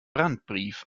brandbrief